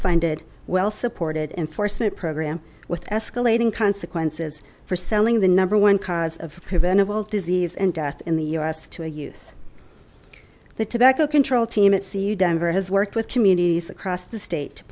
funded well supported enforcement program with escalating consequences for selling the number one cause of preventable disease and death in the u s to a youth the tobacco control team at cu denver has worked with communities across the state to